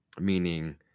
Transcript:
Meaning